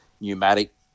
pneumatic